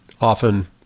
often